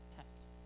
test